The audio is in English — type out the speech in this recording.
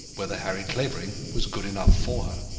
whether harry clavering was good enough for her.